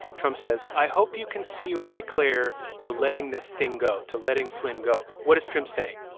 trump says, i hope you can see your way clear to letting this thing go, to letting flynn go. what is trump saying?